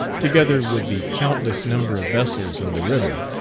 together with the countless number of vessels in the river,